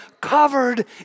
covered